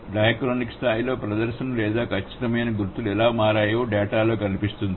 diachronic స్థాయిలో ప్రదర్శనలు లేదా ఖచ్చితమైన గుర్తులు ఎలా మారాయో డేటా లో కనిపిస్తుంది